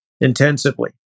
intensively